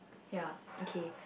ya okay